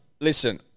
Listen